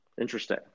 Interesting